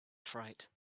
fright